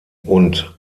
und